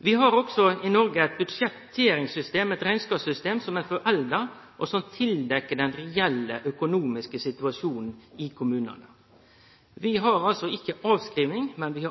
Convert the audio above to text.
Vi har i Noreg eit budsjetteringssystem, eit rekneskapssystem, som er forelda, og som tildekkjer den reelle økonomiske situasjonen i kommunane. Vi har ikkje avskriving, men vi